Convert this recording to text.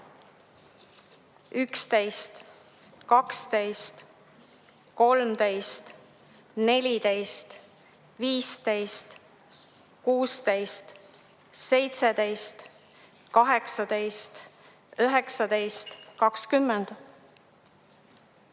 11, 12, 13, 14, 15, 16, 17, 18, 19, 20,